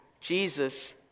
Jesus